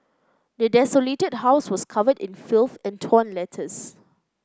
the desolated house was covered in filth and torn letters